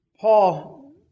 Paul